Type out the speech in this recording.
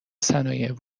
صنایع